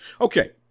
Okay